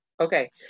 Okay